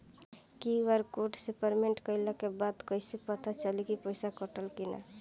QR code से payment कईला के बाद कईसे पता चली की पैसा कटल की ना?